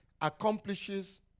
Accomplishes